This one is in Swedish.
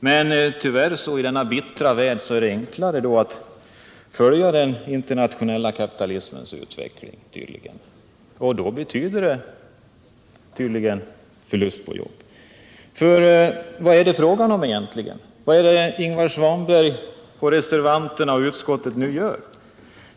Men tyvärr är det i denna bittra värld enklare att följa den internationella kapitalismens utveckling, och det betyder tydligen förlust av jobb. För vad är det egentligen fråga om? Vad är det Ingvar Svanberg och reservanterna gör?